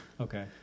okay